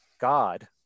God